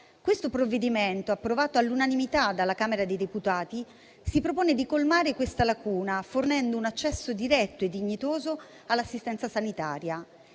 Questo provvedimento, approvato all'unanimità dalla Camera dei deputati, si propone di colmare tale lacuna, fornendo un accesso diretto e dignitoso all'assistenza sanitaria.